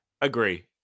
agree